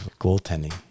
goaltending